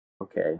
okay